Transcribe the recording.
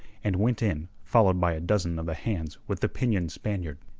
and went in followed by a dozen of the hands with the pinioned spaniard.